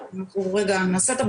בוא נגיד במשך 10 השנים האחרונות,